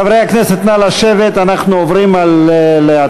חברי הכנסת, נא לשבת, אנחנו עוברים להצבעה.